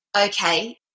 okay